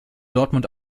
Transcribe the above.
dortmund